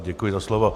Děkuji za slovo.